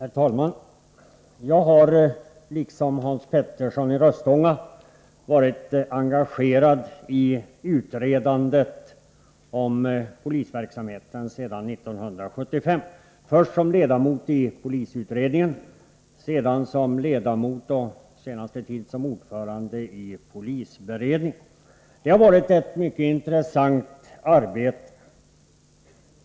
Herr talman! Jag har liksom Hans Petersson i Röstånga sedan 1975 varit engagerad i utredandet om polisverksamheten, först som ledamot i polisutredningen, sedan som ledamot — under den senaste tiden som ordförande — i polisberedningen. Det har varit ett mycket intressant arbete.